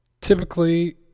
Typically